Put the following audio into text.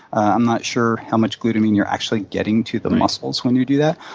i'm not sure how much glutamine you're actually getting to the muscles when you do that.